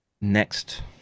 next